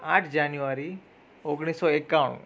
આઠ જાન્યુઆરી ઓગણીસો એક્કાણું